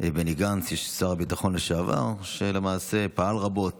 בני גנץ, שר הביטחון לשעבר, שלמעשה פעל רבות